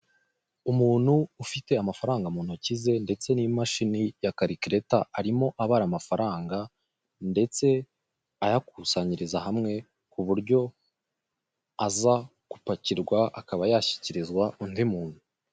Umuntu ufite amafaranga mu ntoki ze ndetse n'imashini ya karikireta, arimo abara amafaranga ndetse ayakusanyiriza hamwe ku buryo aza gupakirwa akaba yahyikirizwa undi muntu.